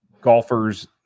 golfers